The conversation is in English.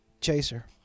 Chaser